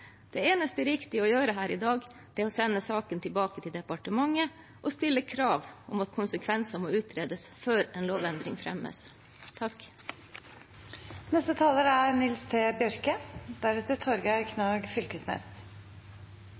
Det eneste riktige å gjøre her i dag er å sende saken tilbake til departementet og stille krav om at konsekvensene må utredes før en lovendring fremmes. Når ein høyrer på diskusjonen her i dag og i mange andre saker som har vore behandla denne våren, er